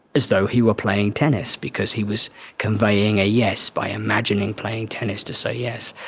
as though he were playing tennis because he was conveying a yes by imagining playing tennis to say yes.